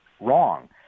wrong